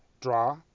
draw